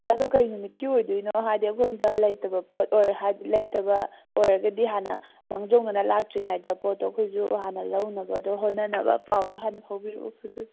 ꯑꯗꯨ ꯀꯩ ꯅꯨꯃꯤꯠꯀꯤ ꯑꯣꯏꯗꯣꯏꯅꯣ ꯍꯥꯏꯕꯗꯤ ꯑꯩꯈꯣꯏꯗ ꯂꯩꯇꯕ ꯄꯣꯠ ꯑꯣꯏꯔꯗꯤ ꯂꯩꯇꯕ ꯑꯣꯏꯔꯒꯗꯤ ꯍꯥꯟꯅ ꯃꯥꯡꯖꯧꯅꯅ ꯂꯥꯛꯇ꯭ꯔꯤꯉꯩꯗ ꯄꯣꯠꯇꯨ ꯑꯩꯈꯣꯏꯁꯨ ꯍꯥꯟꯅ ꯂꯧꯅꯕ ꯍꯣꯠꯅꯅꯕ ꯄꯥꯎꯗꯨ ꯍꯥꯟꯅ ꯐꯥꯎꯕꯤꯔꯛꯎ